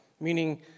meaning